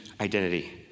identity